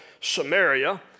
Samaria